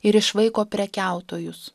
ir išvaiko prekiautojus